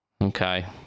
Okay